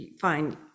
fine